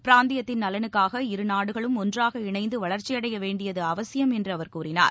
பிராந்தியத்தின் நலனுக்காக இரு நாடுகளும் ஒன்றாக இணைந்துவளர்ச்சியடையவேண்டியதுஅவசியம் என்றுஅவர் கூறினார்